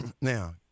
now